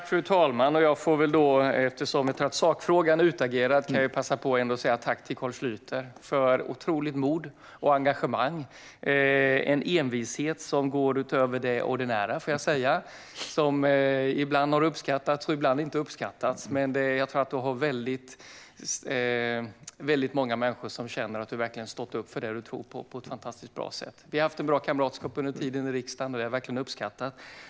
Fru talman! Eftersom sakfrågan är utagerad kan jag passa på att säga tack till Carl Schlyter för otroligt mod, engagemang och en envishet som går utöver det ordinära. Det har ibland uppskattats och ibland inte uppskattats. Men jag tror att väldigt många människor känner att du på ett fantastiskt bra sätt verkligen har stått upp för det du tror på. Vi har haft en bra kamratskap under tiden i riksdagen. Det har jag verkligen uppskattat.